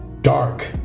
dark